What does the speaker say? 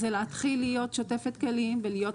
אז זה להתחיל להיות שוטפת כלים ולהיות